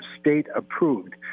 state-approved